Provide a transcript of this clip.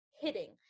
hitting